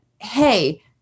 hey